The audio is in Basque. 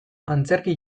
antzerki